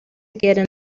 get